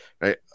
right